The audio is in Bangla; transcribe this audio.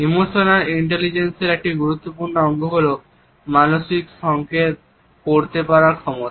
ইমোশনাল ইন্টেলিজেন্সের একটি গুরুত্বপূর্ণ অঙ্গ হল মানসিক সংকেত পড়তে পাড়ার ক্ষমতা